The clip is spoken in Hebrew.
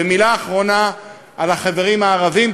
ומילה אחרונה על החברים הערבים,